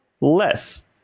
less